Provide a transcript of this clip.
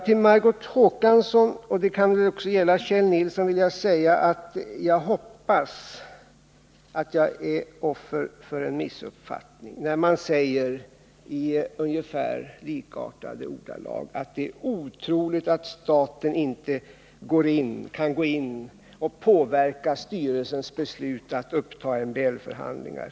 Till Margot Håkansson vill jag säga, och det kan väl också gälla Kjell Nilsson, att jag hoppas att jag är offer för en missuppfattning. Man säger i ungefär likartade ordalag att det är otroligt att staten inte kan gå in och påverka styrelsens beslut när det gäller att uppta MBL-förhandlingar.